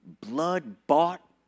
blood-bought